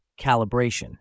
calibration